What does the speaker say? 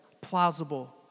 plausible